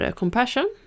Compassion